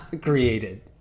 created